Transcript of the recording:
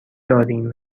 داریم